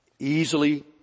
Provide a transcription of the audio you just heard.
easily